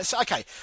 Okay